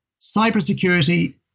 cybersecurity